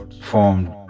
formed